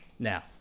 Now